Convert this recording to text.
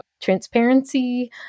transparency